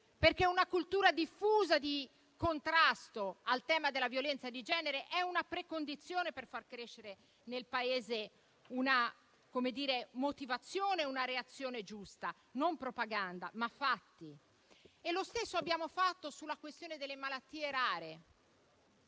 perché una cultura diffusa di contrasto al tema della violenza di genere è una precondizione per far crescere nel Paese una motivazione e una reazione giusta. Non propaganda, ma fatti. Lo stesso abbiamo fatto sulla questione delle malattie rare,